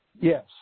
yes